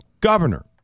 governor